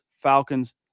Falcons